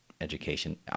education